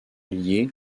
lié